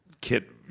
Kit